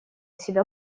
себя